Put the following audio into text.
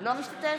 לא משתתף.